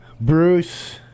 Bruce